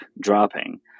dropping